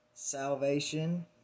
Salvation